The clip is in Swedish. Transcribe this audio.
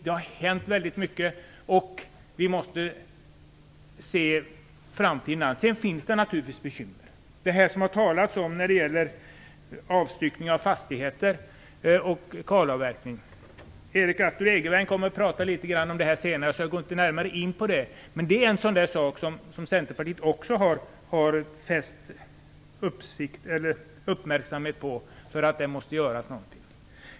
Det har hänt väldigt mycket, och vi måste se framtiden an. Sedan finns det naturligtvis bekymmer. Det har här talats om avstyckning av fastigheter och kalavverkning. Erik Artur Egervärn kommer att tala om det senare, och jag går därför inte närmare in på det. Det är en sådan fråga som Centerpartiet har fäst uppmärksamheten på, och där måste det göras någonting.